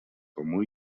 comú